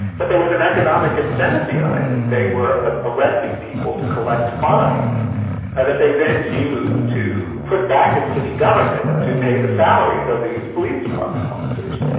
but there was an economic incentive behind it. they were ah arresting people to collect fines that they then used to put back in city government to pay the salaries of these police department officers.